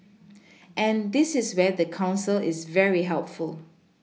and this is where the council is very helpful